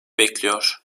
bekliyor